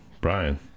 Brian